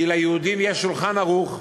כי ליהודים יש "שולחן ערוך",